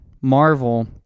Marvel